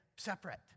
separate